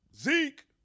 Zeke